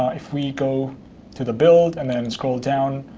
ah if we go to the build and then scroll down,